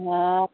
হ্যাঁ